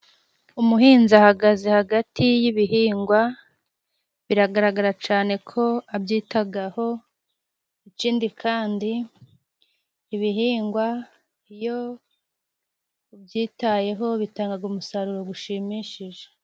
Umuhinzi ahagaze hagati y'ibihingwa biragaragara cane ko abyitagaho, ikindi kandi ibihingwa iyo ubyitayeho bitangaga umusaruro gushimishije.